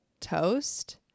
toast